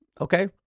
Okay